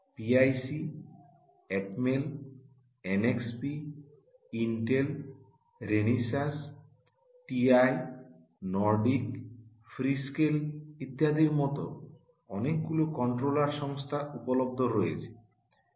PIC Atmel NXP Intel Renesas TI Nordic Freescale ইত্যাদির মত অনেকগুলি কন্ট্রোলার সংস্থা উপলব্ধ রয়েছে